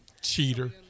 Cheater